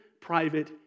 private